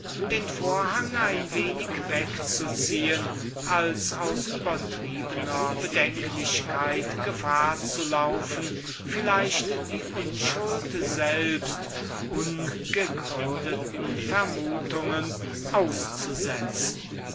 den vorhang ein wenig wegzuziehen als aus übertriebener bedenklichkeit gefahr zu laufen vielleicht die unschuld selbst ungegründeten vermutungen auszusetzen